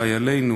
חיילינו,